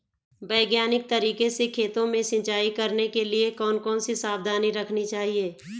वैज्ञानिक तरीके से खेतों में सिंचाई करने के लिए कौन कौन सी सावधानी रखनी चाहिए?